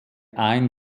ein